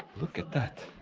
look at that